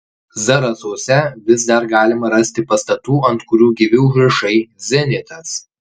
zarasuose vis dar galima rasti pastatų ant kurių gyvi užrašai zenitas